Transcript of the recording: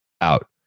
out